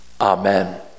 Amen